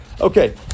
Okay